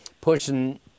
pushing